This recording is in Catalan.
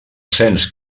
cens